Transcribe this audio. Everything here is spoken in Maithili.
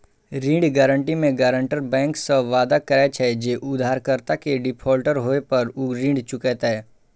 ऋण गारंटी मे गारंटर बैंक सं वादा करे छै, जे उधारकर्ता के डिफॉल्टर होय पर ऊ ऋण चुकेतै